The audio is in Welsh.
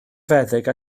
feddyg